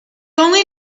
only